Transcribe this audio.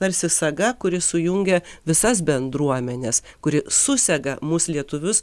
tarsi saga kuri sujungia visas bendruomenes kuri susega mus lietuvius